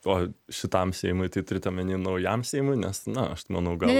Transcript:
o šitam seimui tai turit omeny naujam seimui nes na aš manau gal